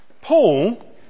Paul